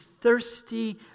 thirsty